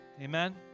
Amen